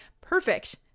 perfect